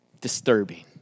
Disturbing